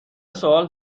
سؤال